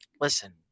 listen